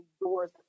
doors